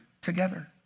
together